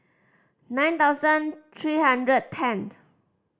nine thousand three hundred and tenth